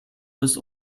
bis